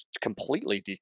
completely